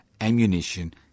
ammunition